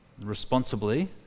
responsibly